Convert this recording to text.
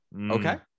Okay